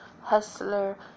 Hustler